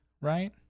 right